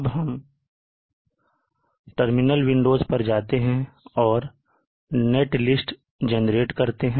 अब हम terminal windows पर जाते हैं और नेट लिस्ट जनरेट करते हैं